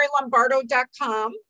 marylombardo.com